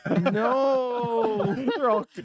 No